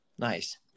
Nice